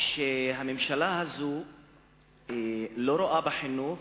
שהממשלה הזאת לא רואה בחינוך